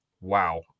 wow